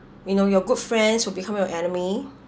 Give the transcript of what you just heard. you know your good friends will become your enemy